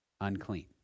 unclean